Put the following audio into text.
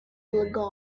legato